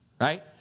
Right